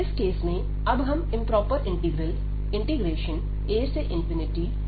इस केस में अब हम इंप्रोपर इंटीग्रल afxgxdx की बात करते हैं